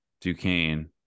Duquesne